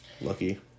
Lucky